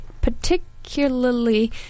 particularly